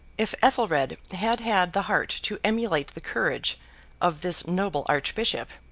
if ethelred had had the heart to emulate the courage of this noble archbishop,